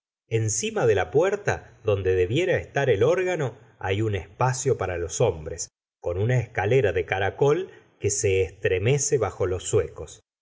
encima de la puerta donde debiera estar el órgano hay un espacio para los hombres con una escalera de caracol que se estremece bajo los suecos